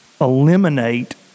eliminate